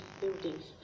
buildings